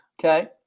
Okay